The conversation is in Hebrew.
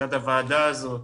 מצד הוועדה הזאת,